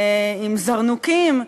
עם זרנוקים.